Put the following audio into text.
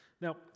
Now